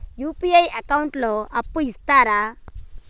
UPI account లో అప్పు ఇస్తరా?